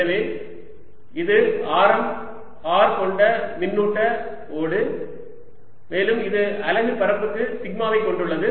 எனவே இது ஆரம் R கொண்ட மின்னூட்ட ஓடு மேலும் இது அலகு பரப்புக்கு சிக்மாவை கொண்டுள்ளது